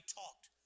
talked